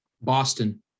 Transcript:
boston